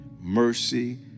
mercy